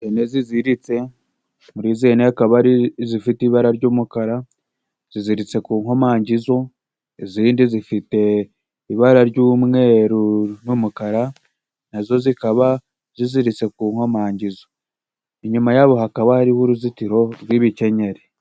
Ihene ziziritse muri izi hene akaba hari izifite ibara ry'umukara, ziziritse ku nkomangizo izindi zifite ibara ry'umweru n'umukara, nazo zikaba ziziritse ku nkomangizo, inyuma yabo hakaba hari uruzitiro rw'ibikenyeri.